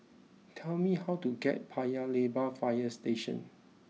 tell me how to get to Paya Lebar Fire Station